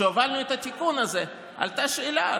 כשהובלנו את התיקון הזה עלתה שאלה,